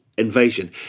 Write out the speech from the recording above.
invasion